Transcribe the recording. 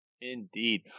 Indeed